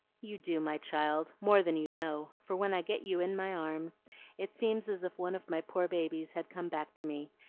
you do, my child, more than you know for when i get you in my arms it seems as if one of my poor babies had come back to me,